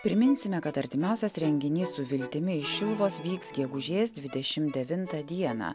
priminsime kad artimiausias renginys su viltimi iš šiluvos vyks gegužės dvidešim devintą dieną